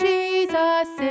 Jesus